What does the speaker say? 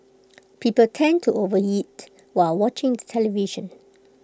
people tend to overeat while watching the television